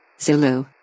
Zulu